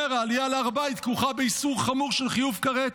אומר: העלייה להר הבית כרוכה באיסור חמור של חיוב כרת.